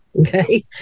okay